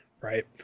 Right